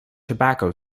tobacco